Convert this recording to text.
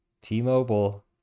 T-Mobile